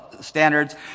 standards